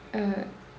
uh